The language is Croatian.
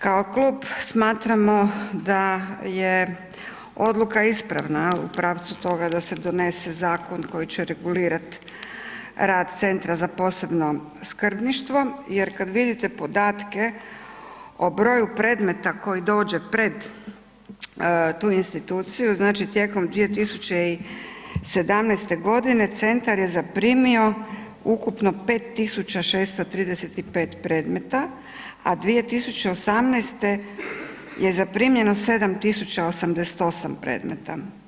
Kao klub smatramo da je odluka ispravna u pravcu toga da se donose zakon koji će regulirati rad Centra za posebno skrbništvo jer kada vidite podatke o broju predmeta koji dođe pred tu instituciju, znači tijekom 2017. godine centar je zaprimio ukupno 5.635 predmeta, a 2018. je zaprimljeno 7.088 predmeta.